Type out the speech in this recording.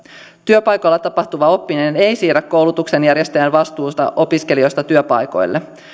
työpaikoilla tapahtuva oppiminen ei siirrä koulutuksen järjestäjän vastuuta opiskelijoista työpaikoille